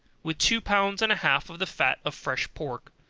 with two pounds and a half of the fat of fresh pork,